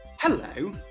hello